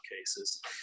cases